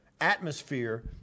atmosphere